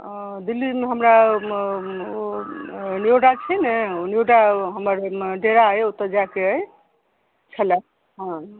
दिल्लीमे हमरा नोएडा छै ने नोएडा हमर डेरा अइ ओतय जायके अइ छलए हँ